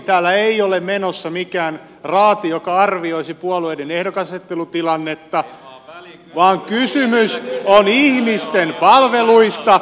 täällä ei ole menossa mikään raati joka arvioisi puolueiden ehdokasasettelutilannetta vaan kysymys on ihmisten palveluista